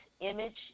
image